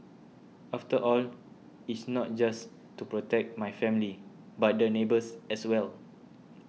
after all it's not just to protect my family but the neighbours as well